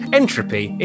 entropy